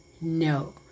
no